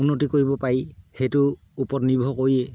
উন্নতি কৰিব পাৰি সেইটো ওপৰত নিৰ্ভৰ কৰিয়ে